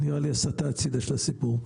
נראה לי הסטה הצידה של הסיפור.